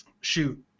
shoot